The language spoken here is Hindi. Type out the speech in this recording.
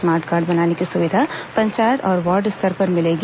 स्मार्ट कार्ड बनाने की सुविधा पंचायत और वार्ड स्तर पर मिलेगी